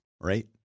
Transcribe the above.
right